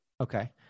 Okay